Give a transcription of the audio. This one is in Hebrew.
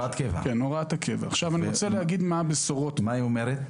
מה היא אומרת?